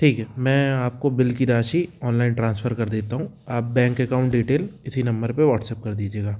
ठीक है मैं आपको बिल की राशि ऑनलाइन ट्रांसफर कर देता हूँ आप बैंक अकाउंट डिटेल इसी नंबर पर व्हाट्सएप कर दीजिएगा